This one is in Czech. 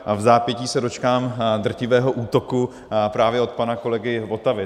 A vzápětí se dočkám drtivého útoku právě od pana kolegy Votavy.